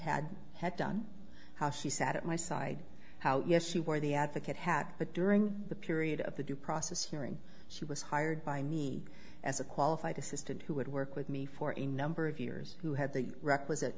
had had done how she sat at my side how yes she wore the advocate happened during the period of the due process hearing she was hired by me as a qualified assistant who would work with me for a number of years who had the requisite